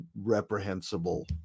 reprehensible